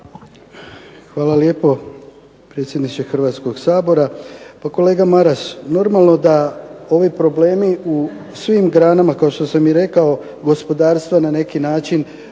Hvala lijepo predsjedniče Hrvatskog sabora. Pa kolega Maras normalno da ovi problemi u svim granama kao što sam i rekao gospodarstvo na neki način.